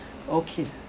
okay